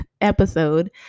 episode